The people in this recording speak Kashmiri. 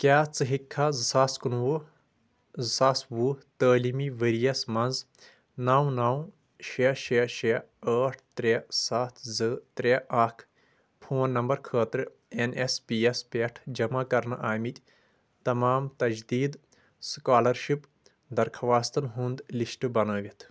کیٛاہ ژٕ ہیٚکہِ کھا زٕ ساس کُنہٕ وُہ زٕ ساس وُہ تٲلیٖمی ؤریَس منٛز نَو نَو شےٚ شےٚ شےٚ ٲٹھ ترٛےٚ سَتھ زٕ ترٛےٚ اَکھ فون نَمبَر خٲطرٕ اٮ۪ن اٮ۪س پی یَس پٮ۪ٹھ جمع کَرنہٕ آمِتۍ تَمام تَجدیٖد سٕکالَرشِپ دَرخواستَن ہُنٛد لِسٹ بَنٲوِتھ